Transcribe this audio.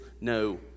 no